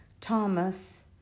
Thomas